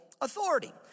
authority